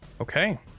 Okay